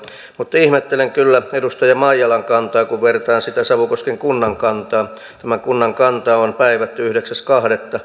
mutta ihmettelen kyllä edustaja maijalan kantaa kun vertaa sitä savukosken kunnan kantaan tämä kunnan kanta on päivätty yhdeksäs toista ja